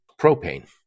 propane